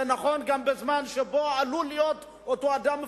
זה נכון גם בזמן שבו עלול להיות אותו אדם מפוטר,